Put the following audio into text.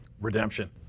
Redemption